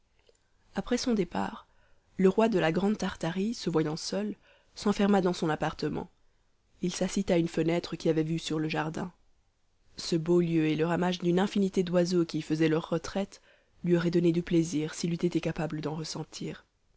après son départ le roi de la grande tartarie se voyant seul s'enferma dans son appartement il s'assit à une fenêtre qui avait vue sur le jardin ce beau lieu et le ramage d'une infinité d'oiseaux qui y faisaient leur retraite lui auraient donné du plaisir s'il eût été capable d'en ressentir